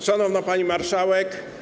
Szanowna Pani Marszałek!